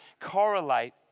correlate